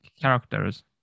characters